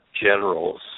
generals